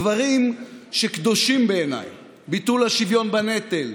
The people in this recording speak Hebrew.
דברים שקדושים בעיניי: ביטול השוויון בנטל,